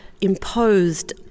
imposed